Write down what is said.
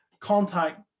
Contact